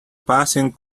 passing